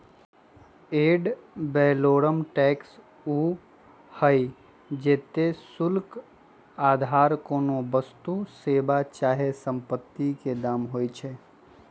ad valorem tax उ हइ जेते शुल्क अधार कोनो वस्तु, सेवा चाहे सम्पति के दाम होइ छइ